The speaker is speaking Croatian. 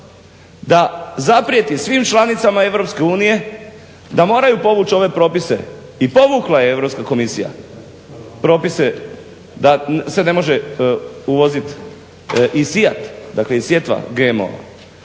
da zaprijeti svim članicama Europske unije da moraju povući ove propise i povukla je Europska komisija propise da se ne može uvozit i sijat, dakle i sjetva GMO-a.